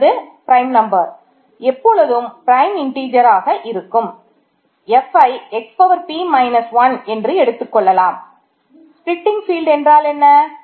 p என்பது prime என்றால் என்ன